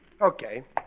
Okay